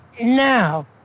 now